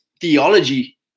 theology